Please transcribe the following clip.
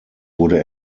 wurde